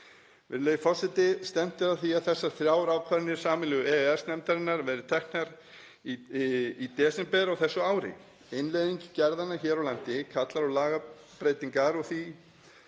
Virðulegur forseti. Stefnt er að því að þessar þrjár ákvarðanir sameiginlegu EES-nefndarinnar verði teknar í desember á þessu ári. Innleiðing gerðanna hér á landi kallar á lagabreytingar og því